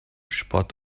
spott